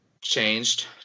changed